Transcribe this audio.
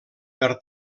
per